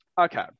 okay